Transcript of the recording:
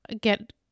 get